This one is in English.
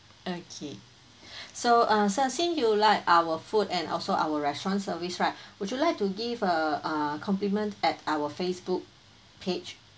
okay so uh since you like our food and also our restaurant service right would you like to give uh a compliment at our facebook page